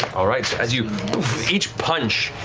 all right, so as you each punch,